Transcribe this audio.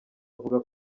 avuga